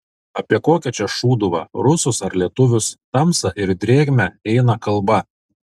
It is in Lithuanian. apie kokią čia šūduvą rusus ar lietuvius tamsą ir drėgmę eina kalba